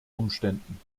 umständen